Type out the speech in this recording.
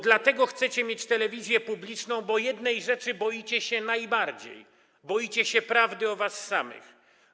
Dlatego chcecie mieć telewizję publiczną, że jednej rzeczy boicie się najbardziej: prawdy o was samych.